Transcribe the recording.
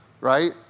right